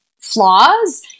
flaws